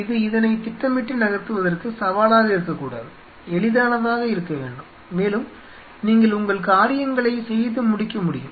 இது இதனை திட்டமிட்டு நகர்த்துவதற்கு சவாலாக இருக்கக்கூடாது எளிதானதாக இருக்க வேண்டும் மேலும் நீங்கள் உங்கள் காரியங்களை செய்து முடிக்க முடியும்